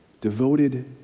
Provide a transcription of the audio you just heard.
devoted